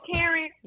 Karen